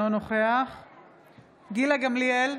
אינו נוכח גילה גמליאל,